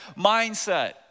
mindset